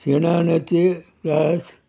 शिणाण्याचें रास